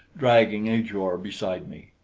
dragging ajor beside me.